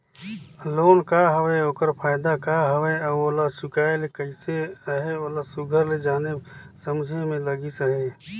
loan का हवे ओकर फएदा का हवे अउ ओला चुकाए ले कइसे अहे ओला सुग्घर ले जाने समुझे में लगिस अहे